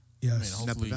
Yes